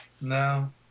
No